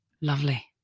Lovely